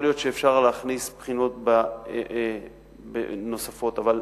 יכול להיות שאפשר להכניס בחינות נוספות, אבל